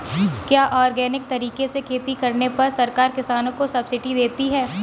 क्या ऑर्गेनिक तरीके से खेती करने पर सरकार किसानों को सब्सिडी देती है?